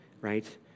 right